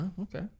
okay